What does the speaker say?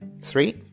Three